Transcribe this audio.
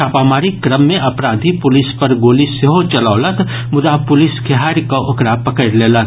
छापामारीक क्रम मे अपराधी पुलिस पर गोली सेहो चलौलक मुदा पुलिस खेहारि कऽ ओकरा पकड़ि लेलक